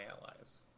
allies